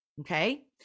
okay